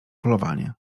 polowanie